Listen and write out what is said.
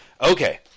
okay